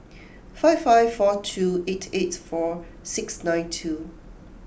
five five four two eight eight four six nine two